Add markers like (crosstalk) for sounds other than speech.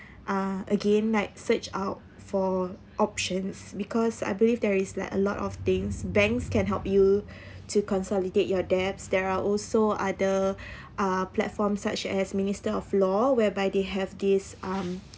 uh again like search out for options because I believe there is like a lot of things banks can help you (breath) to consolidate your debts there are also other (breath) uh platforms such as minister of law whereby they have this um